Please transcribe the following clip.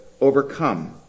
overcome